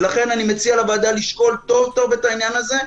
ולכן אני מציע לוועדה לשקול טוב טוב את העניין הזה.